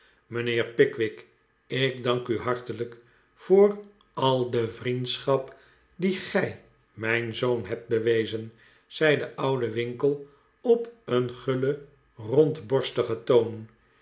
mijnheer pickwick ik dank u hartelijk voor al de vriendschap die gij mijn zoon hebt bewezen zei de oude winkle op een gullen rondborstigen toon